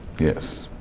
yes.